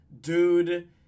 dude